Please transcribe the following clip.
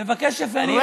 תבקש יפה, אני ארד.